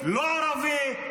לא ערבי,